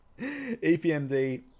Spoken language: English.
EPMD